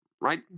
right